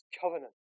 Covenant